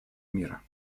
мира